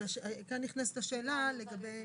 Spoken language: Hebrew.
אבל כאן נכנסת השאלה לגבי --- אני